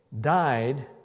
died